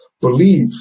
believe